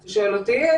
אתה שואל אותי?